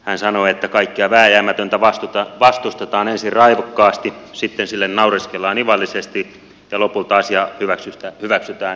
hän sanoi että kaikkea vääjäämätöntä vastustetaan ensin raivokkaasti sitten sille naureskellaan ivallisesti ja lopulta asia hyväksytään itsestäänselvyytenä